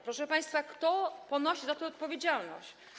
Proszę państwa, kto ponosi za to odpowiedzialność?